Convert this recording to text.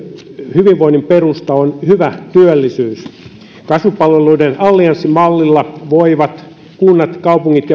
hyvinvoinnin perusta on hyvä työllisyys kasvupalveluiden allianssimallilla voivat kunnat kaupungit